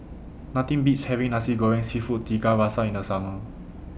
Nothing Beats having Nasi Goreng Seafood Tiga Rasa in The Summer